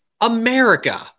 America